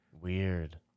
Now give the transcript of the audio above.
Weird